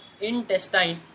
intestine